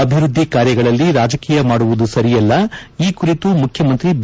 ಅಭಿವೃದ್ದಿ ಕಾರ್ಯಗಳಲ್ಲಿ ರಾಜಕೀಯ ಮಾಡುವುದು ಸರಿಯಲ್ಲ ಈ ಕುರಿತು ಮುಖ್ಯಮಂತ್ರಿ ಬಿ